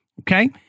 Okay